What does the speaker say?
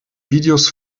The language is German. videos